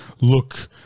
look